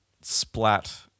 splat